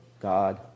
God